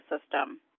system